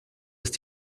ist